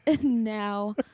now